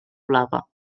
blava